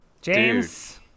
James